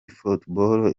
football